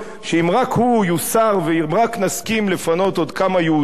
שאם רק הוא יוסר ואם רק נסכים לפנות עוד כמה יהודים,